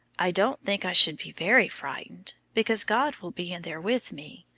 i don't think i should be very frightened, because god will be in there with me.